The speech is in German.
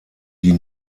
die